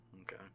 Okay